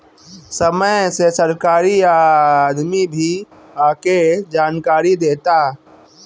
समय से सरकारी आदमी भी आके जानकारी देता